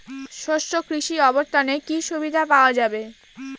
শস্য কৃষি অবর্তনে কি সুবিধা পাওয়া যাবে?